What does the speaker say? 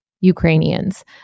Ukrainians